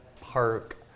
Park